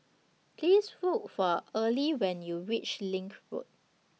Please Look For Arley when YOU REACH LINK Road